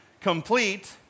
complete